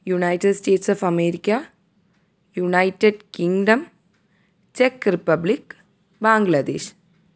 United States of America United Kingdom ചെക്ക് Republic Bangladesh